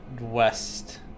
West